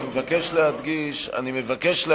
למה לא?